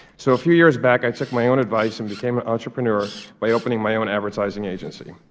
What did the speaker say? so a few years back i took my own advice and became an entrepreneur by opening my own advertising agency.